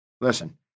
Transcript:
Listen